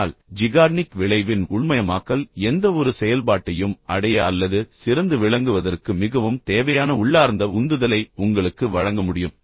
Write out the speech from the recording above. ஆனால் ஜிகார்னிக் விளைவின் உள்மயமாக்கல் எந்தவொரு செயல்பாட்டையும் அடைய அல்லது சிறந்து விளங்குவதற்கு மிகவும் தேவையான உள்ளார்ந்த உந்துதலை உங்களுக்கு வழங்க முடியும்